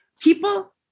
People